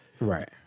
Right